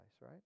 right